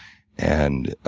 and